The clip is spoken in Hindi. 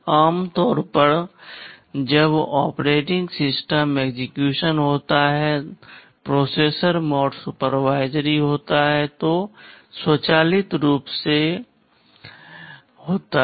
आमतौर पर जब OS एक्सेक्यूशन होता है प्रोसेसर मोड सुपरवाइजरी होता है जो स्वचालित रूप से होता है